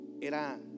era